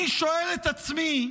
אני שואל את עצמי,